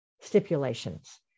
stipulations